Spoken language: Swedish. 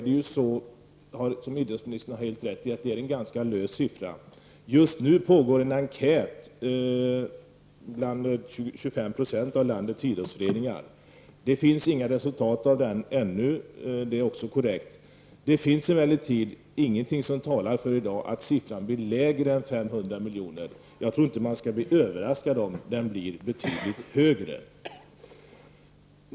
Det är, som idrottsministern helt rätt sade, en ganska osäker siffra. Just nu görs en enkät bland 25 % av landets idrottsföreningar. Det föreligger inga resultat ännu. Det är också korrekt. Ingenting i dag talar emellertid för att siffran blir lägre än 500 miljoner. Man skall inte bli överraskad om den blir betydligt högre.